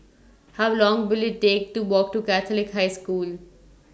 How Long Will IT Take to Walk to Catholic High School